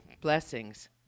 blessings